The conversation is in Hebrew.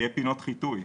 יהיו פינות חיטוי,